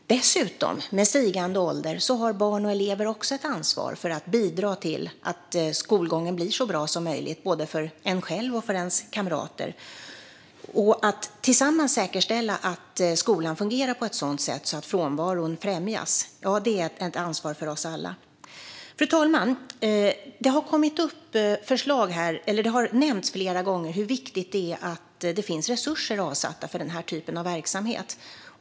Med stigande ålder har också barn och elever dessutom ett ansvar för att bidra till att skolgången blir så bra som möjligt både för dem själva och för deras kamrater. Att tillsammans säkerställa att skolan fungerar på ett sådant sätt att närvaron främjas är ett ansvar för oss alla. Fru talman! Det har flera gånger nämnts här hur viktigt det är att det finns resurser avsatta för denna typ av verksamhet.